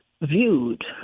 viewed